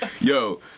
yo